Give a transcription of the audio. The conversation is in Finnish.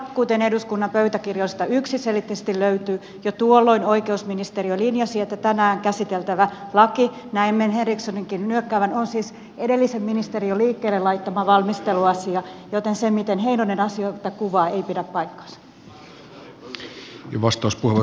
kuten eduskunnan pöytäkirjoista yksiselitteisesti löytyy jo tuolloin oikeusministeriö linjasi että tänään käsiteltävä laki näimme henrikssoninkin nyökkäävän on siis edellisen ministerin liikkeelle laittama valmisteluasia joten se miten heinonen asioita kuvaa ei pidä paikkaansa